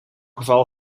geval